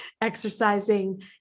exercising